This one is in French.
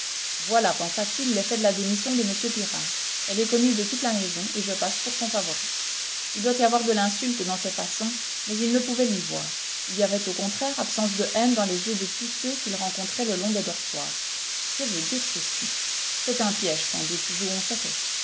voilà pensa-t-il l'effet de la démission de m pirard elle est connue de toute la maison et je passe pour son favori il doit y avoir de l'insulte dans ces façons mais il ne pouvait l'y voir il y avait au contraire absence de haine dans les yeux de tous ceux qu'il rencontrait le long des dortoirs que veut dire ceci c'est un piège sans doute jouons serré